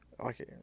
okay